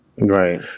Right